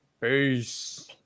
peace